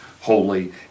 holy